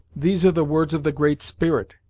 these are the words of the great spirit,